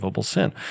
sin